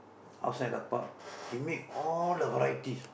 outside the pub he made all the varieties